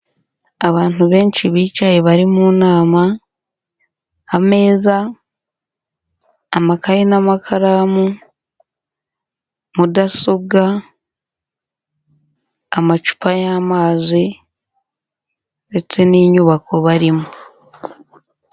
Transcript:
Abantu benshi bicaye bari mu nama, ameza, amakaye n'amakaramu, mudasobwa, amacupa y'amazi ndetse n'inyubako barimo.